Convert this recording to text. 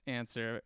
answer